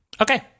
Okay